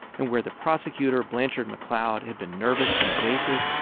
and where the prosecutor, blanchard mcleod, had been nervous and evasive,